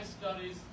studies